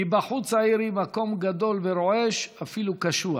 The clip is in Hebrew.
מבחוץ העיר היא מקום גדול ורועש, אפילו קשוח,